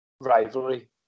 rivalry